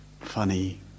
funny